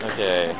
Okay